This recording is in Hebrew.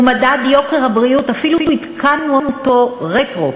ומדד יוקר הבריאות, אפילו עדכנו אותו רטרו.